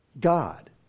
God